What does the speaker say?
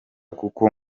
kuko